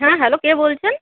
হ্যাঁ হ্যালো কে বলছেন